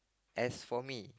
as for me